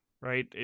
right